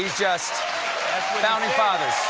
just founding fathers.